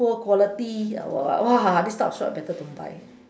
poor quality or what this type of shop better don't buy